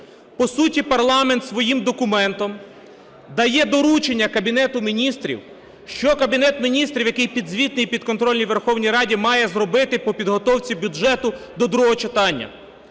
По суті, парламент своїм документом дає доручення Кабінету Міністрів, що Кабінет Міністрів, який підзвітний і підконтрольній Верховній Раді, має зробити по підготовці бюджету до другого читання.